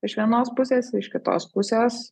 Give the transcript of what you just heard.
iš vienos pusės iš kitos pusės